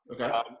Okay